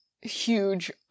huge